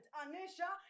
anisha